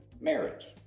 marriage